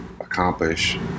accomplish